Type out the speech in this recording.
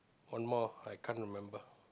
one more I can't remember